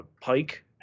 Pike